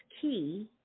key